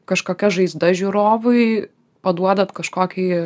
kažkokias žaizdas žiūrovui paduodat kažkokį